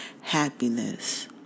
happiness